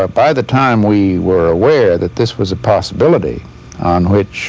ah by the time we were aware that this was a possibility on which